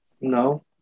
No